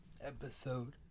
episode